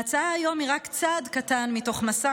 ההצעה היום היא רק צעד קטן מתוך מסע